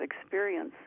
experience